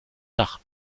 dach